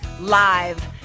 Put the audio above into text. Live